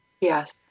yes